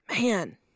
Man